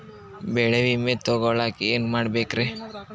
ಬೆಳೆ ವಿಮೆ ತಗೊಳಾಕ ಏನ್ ಮಾಡಬೇಕ್ರೇ?